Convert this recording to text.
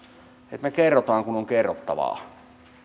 että me kerromme kun on kerrottavaa